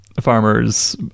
farmers